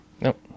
Nope